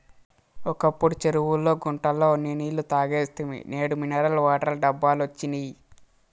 ఒకప్పుడు చెరువుల్లో గుంటల్లో ఉన్న నీళ్ళు తాగేస్తిమి నేడు మినరల్ వాటర్ డబ్బాలొచ్చినియ్